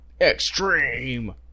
Extreme